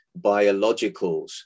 biologicals